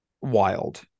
wild